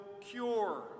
cure